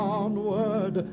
onward